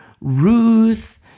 Ruth